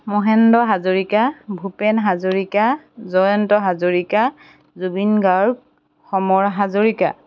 Mahendra Hazarika Bhupen Hazarika Jayanta Hazarika Zubeen Garg Samar Hazarika